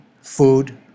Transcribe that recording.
food